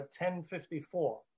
1054